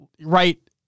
right